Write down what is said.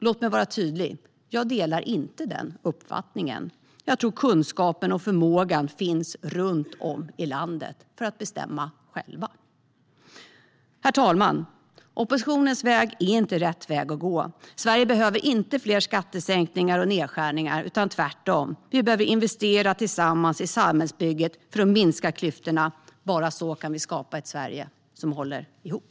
Låt mig vara tydlig: Jag delar inte den uppfattningen. Jag tror att kunskapen och förmågan att själva bestämma finns runt om i landet. Herr talman! Oppositionens väg är inte rätt väg att gå. Sverige behöver inte fler skattesänkningar och nedskärningar utan tvärtom. Vi behöver investera tillsammans i samhällsbygget för att minska klyftorna. Bara så kan vi skapa ett Sverige som håller ihop.